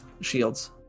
shields